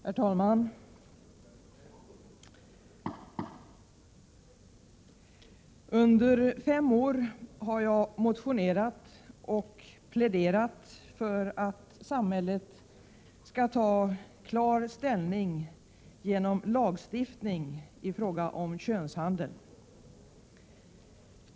Herr talman! Under fem år har jag motionerat och pläderat för att samhället skall ta klar ställning genom lagstiftning i fråga om könshandel.